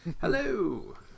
Hello